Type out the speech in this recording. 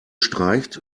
streicht